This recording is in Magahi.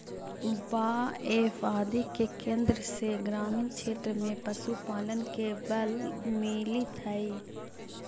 बाएफ आदि के केन्द्र से ग्रामीण क्षेत्र में पशुपालन के बल मिलित हइ